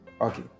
Okay